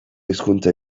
hizkuntza